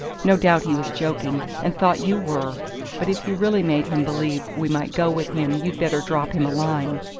no doubt he was joking and thought you were but if you really made him believe we might go with him you'd better drop him a line.